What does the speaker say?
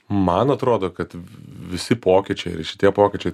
man atrodo kad visi pokyčiai šitie pokyčiai